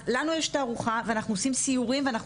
אז לנו יש תערוכה ואנחנו עושים סיורים ואנחנו